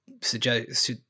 suggest